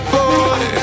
boy